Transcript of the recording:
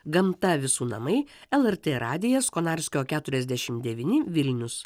gamta visų namai lrt radijas konarskio keturiasdešimt devyni vilnius